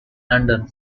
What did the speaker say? london